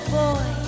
boy